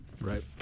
right